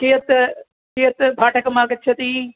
कियत् कियत् भाटकमागच्छति